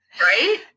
Right